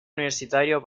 universitario